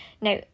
Now